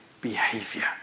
behavior